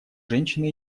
женщины